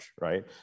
right